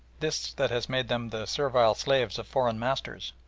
this that has made them the servile slaves of foreign masters.